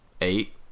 eight